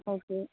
okay